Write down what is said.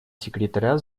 секретаря